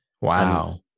Wow